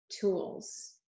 tools